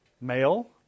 male